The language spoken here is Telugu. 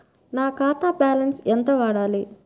నా ఖాతా బ్యాలెన్స్ ఎంత ఉండాలి?